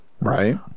Right